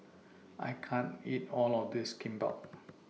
I can't eat All of This Kimbap